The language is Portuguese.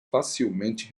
facilmente